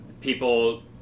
people